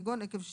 כגון עקב שטיפה.